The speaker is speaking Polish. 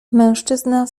mężczyzna